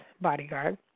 bodyguard